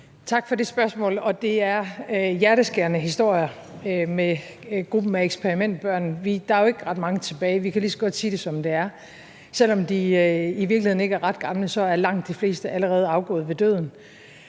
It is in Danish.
Tak for det spørgsmål. Det er hjerteskærende historier med gruppen af eksperimentbørn. Der er jo ikke ret mange tilbage, og vi kan lige så godt sige det, som det er, nemlig at selv om de i virkeligheden ikke er ret gamle, er langt de fleste allerede afgået ved døden